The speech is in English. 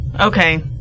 okay